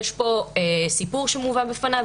יש סיפור שמובא בפניו,